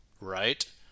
right